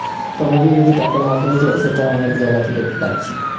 তহবিল যদি টাকার মাধ্যমে চাই সেটা অনেক জাগা থিকে পাচ্ছি